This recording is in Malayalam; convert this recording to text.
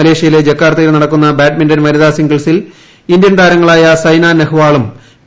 മലേഷൃയിലെ ജക്കാർത്തയിൽ നടക്കുന്ന ബാഡ്മിന്റൺ വനിതാ സിംഗിൾസിൽ ഇന്ത്യൻ താരങ്ങളായ സൈന നെഹ്വാളും പി